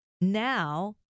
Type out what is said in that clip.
Now